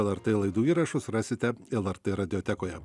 lrt laidų įrašus rasite lrt radiotekoje